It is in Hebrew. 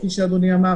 כפי שאדוני אמר,